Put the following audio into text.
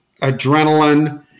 adrenaline